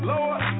Lord